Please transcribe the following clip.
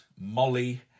Molly